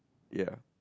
ya